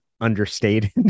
understated